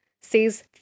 says